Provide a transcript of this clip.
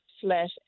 slash